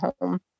home